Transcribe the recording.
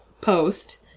post